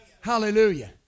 Hallelujah